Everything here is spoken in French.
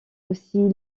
aussi